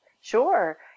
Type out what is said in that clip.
Sure